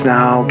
now